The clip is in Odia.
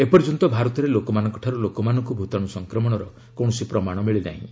ଏପର୍ଯ୍ୟନ୍ତ ଭାରତରେ ଲୋକମାନଙ୍କଠାରୁ ଲୋକମାନଙ୍କୁ ଭୂତାଣୁ ସଂକ୍ରମଣର କୌଣସି ପ୍ରମାଣ ମିଳିନାହିଁ